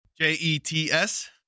J-E-T-S